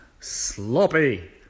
sloppy